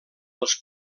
els